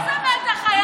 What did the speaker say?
איזה מתח היה,